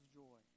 joy